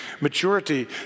Maturity